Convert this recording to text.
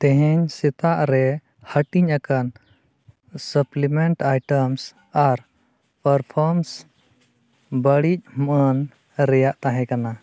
ᱛᱮᱦᱮᱧ ᱥᱮᱛᱟᱜ ᱨᱮ ᱦᱟᱴᱤᱧ ᱟᱠᱟᱱ ᱥᱟᱯᱞᱤᱢᱮᱱᱴ ᱟᱭᱴᱮᱢᱥ ᱟᱨ ᱯᱟᱨᱯᱷᱤᱭᱩᱢᱥ ᱵᱟᱹᱲᱤᱡ ᱢᱟᱹᱱ ᱨᱮᱱᱟᱜ ᱛᱟᱦᱮᱸ ᱠᱟᱱᱟ